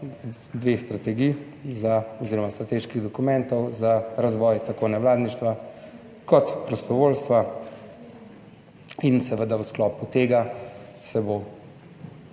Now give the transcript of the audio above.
dveh strategij za oz. strateških dokumentov za razvoj tako nevladništva kot prostovoljstva in seveda v sklopu tega se bo